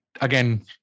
again